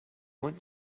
went